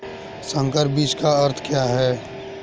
संकर बीज का अर्थ क्या है?